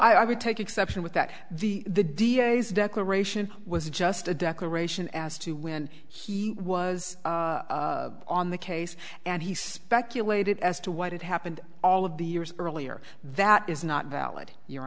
says i would take exception with that the the d a s declaration was just a declaration as to when he was on the case and he speculated as to what had happened all of the years earlier that is not valid you